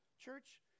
Church